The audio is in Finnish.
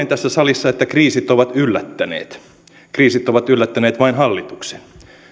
tässä salissa että kriisit ovat yllättäneet kriisit ovat yllättäneet vain hallituksen